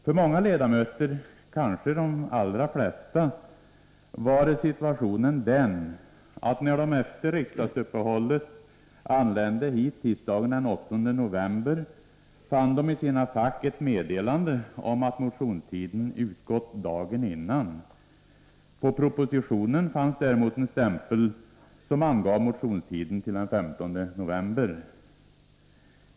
För många ledamöter — kanske de allra flesta — var situationen den, att när de efter riksdagsuppehållet anlände hit tisdagen den 8 november, fann de i sina fack ett meddelande om att motionstiden utgått dagen innan. På propositionen fanns däremot en stämpel som angav motionstidens slut till den 15 november.